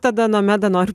tada nomeda nori